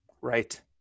Right